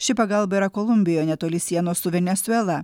ši pagalba yra kolumbijoje netoli sienos su venesuela